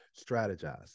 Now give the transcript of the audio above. Strategize